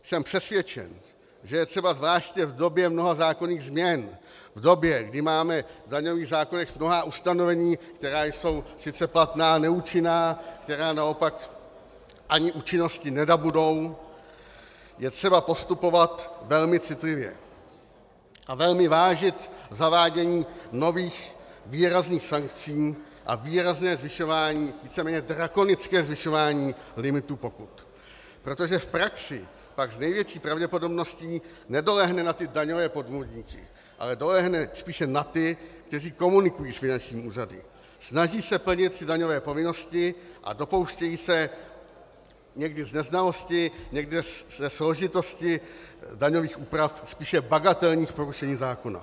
Jsem přesvědčen, že je třeba zvláště v době mnoha zákonných změn, v době, kdy máme v daňových zákonech mnohá ustanovení, která jsou sice platná, ale neúčinná, která naopak ani účinnosti nenabudou, postupovat velmi citlivě a velmi vážit zavádění nových výrazných sankcí a výrazné zvyšování, víceméně drakonické zvyšování limitu pokut, protože v praxi pak s největší pravděpodobností nedolehne na daňové podvodníky, ale dolehne spíše na ty, kteří komunikují s finančními úřady, snaží se plnit své daňové povinnosti a dopouštějí se někdy z neznalosti, někdy ze složitosti daňových úprav spíše bagatelních porušení zákona.